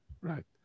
Right